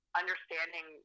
understanding